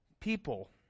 people